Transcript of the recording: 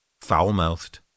Foul-mouthed